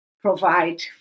provide